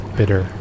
bitter